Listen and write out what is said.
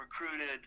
recruited